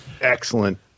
Excellent